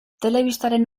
telebistaren